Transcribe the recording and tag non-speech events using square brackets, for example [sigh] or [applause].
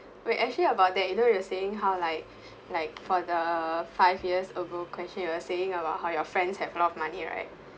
wait actually about that you know you are saying how like [breath] like for the five years ago question you were saying about how your friends have a lot of money right